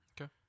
Okay